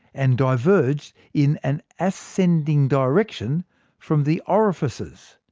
and diverged in an ascending direction from the orifices.